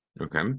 Okay